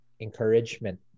Encouragement